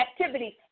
activities